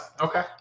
Okay